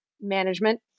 management